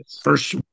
First